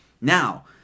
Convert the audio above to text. Now